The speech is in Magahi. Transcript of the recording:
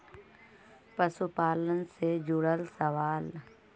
पशुपालन से जुड़ल सवाल?